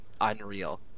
unreal